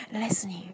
listening